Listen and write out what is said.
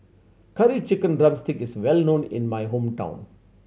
Curry Chicken drumstick is well known in my hometown